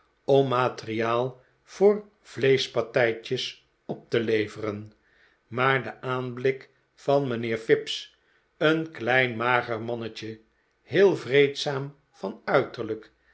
om materiaal voor vleeschpasteitjes opte leveren maar de aanblik van mijnheer fips een klein mager mannetje heel vreedzaam van uiterlijk